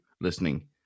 listening